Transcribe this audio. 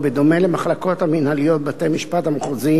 בדומה למחלקות המינהליות בבתי-המשפט המחוזיים,